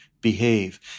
behave